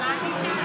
מה משרד ירושלים?